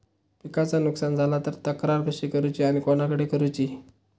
पिकाचा नुकसान झाला तर तक्रार कशी करूची आणि कोणाकडे करुची?